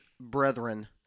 brethren